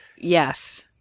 yes